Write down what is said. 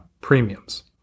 premiums